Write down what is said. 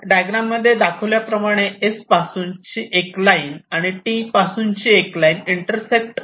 diagram मध्ये दाखवल्याप्रमाणे S पासूनचे एक लाईन आणि T पासूनचे एक लाईन इंटरसेक्ट करतात